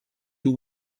you